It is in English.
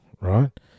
right